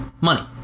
Money